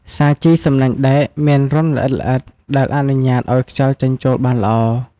សាជីសំណាញ់ដែកមានរន្ធល្អិតៗដែលអនុញ្ញាតឱ្យខ្យល់ចេញចូលបានល្អ។